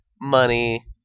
Money